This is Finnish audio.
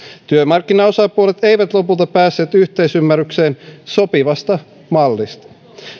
työmarkkinaosapuolet eivät lopulta päässeet yhteisymmärrykseen sopivasta mallista